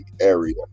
area